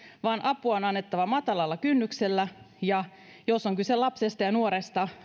vaan apua on annettava matalalla kynnyksellä ja jos on kyse lapsesta tai nuoresta